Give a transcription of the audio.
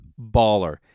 Baller